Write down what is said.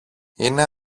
είναι